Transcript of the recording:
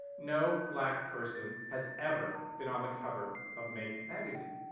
no black person has ever been on the cover of make magazine.